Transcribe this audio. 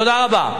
תודה רבה.